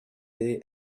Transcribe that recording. day